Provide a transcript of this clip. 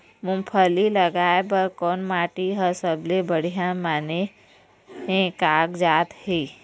मूंगफली लगाय बर कोन माटी हर सबले बढ़िया माने कागजात हे?